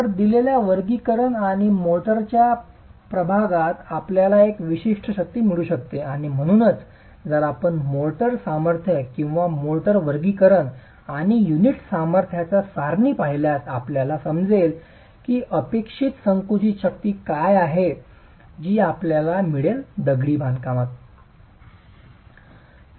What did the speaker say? तर दिलेल्या वर्गीकरण आणि मोर्टारच्या प्रमाणात आपल्याला एक विशिष्ट शक्ती मिळू शकते आणि म्हणूनच जर आपण मोर्टार सामर्थ्य किंवा मोर्टार वर्गीकरण आणि युनिट सामर्थ्यांचा सारणी पाहिल्यास आपल्याला समजेल की अपेक्षित संकुचित शक्ती काय आहे जी आपल्याला दगडी बांधकामात मिळेल